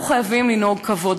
אנחנו חייבים לנהוג כבוד,